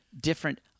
different –